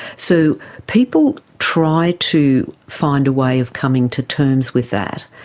so people try to find a way of coming to terms with that,